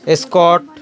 escort